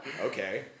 okay